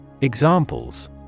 Examples